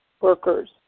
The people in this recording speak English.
workers